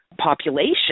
population